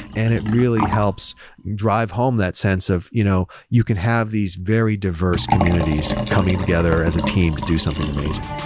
and it really helps drive home that sense of, you know you can have these very diverse communities coming together as a team to do something amazing.